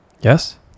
Yes